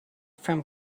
from